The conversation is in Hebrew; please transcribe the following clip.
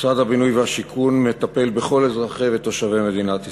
משרד הבינוי והשיכון מטפל בכל אזרחי ותושבי מדינת ישראל.